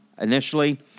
initially